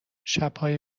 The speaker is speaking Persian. شبهای